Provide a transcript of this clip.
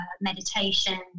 meditation